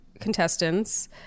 contestants